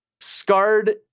scarred